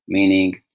meaning,